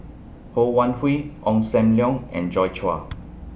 Ho Wan Hui Ong SAM Leong and Joi Chua